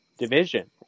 division